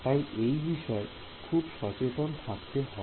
তাই এই বিষয়ে খুব সচেতন থাকতে হবে